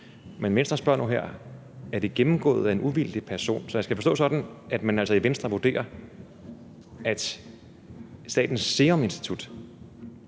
Men Venstre spørger nu her: Er det gennemgået af en uvildig person? Skal jeg så forstå det sådan, at man altså i Venstre vurderer, at Statens Serum Instituts